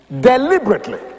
deliberately